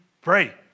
pray